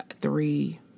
three